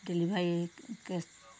delivery cash